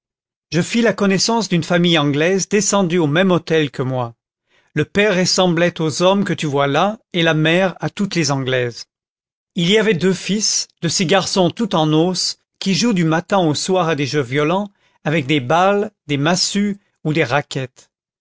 je fis la connaissance d'une famille anglaise descendue au même hôtel que moi le père ressemblait aux hommes que tu vois là et la mère à toutes les anglaises il y avait deux fils de ces garçons tout en os qui jouent du matin au soir à des jeux violents avec des balles des massues ou des raquettes